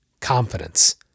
confidence